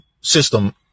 system